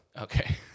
Okay